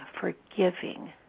forgiving